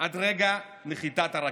עד לרגע נחיתת הרקטה,